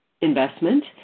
investment